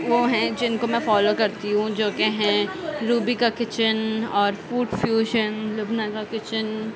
وہ ہے جن کو میں فالو کرتی ہوں جو کہ ہیں روبی کا کچن اور فوڈ فیوزن لبنہ کا کچن